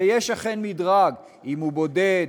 ויש אכן מדרג: אם הוא בודד,